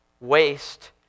waste